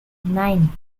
nine